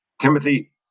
Timothy